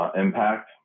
impact